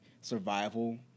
survival